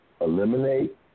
eliminate